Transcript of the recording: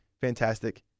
fantastic